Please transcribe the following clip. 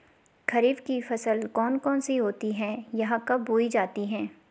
खरीफ की फसल कौन कौन सी होती हैं यह कब बोई जाती हैं?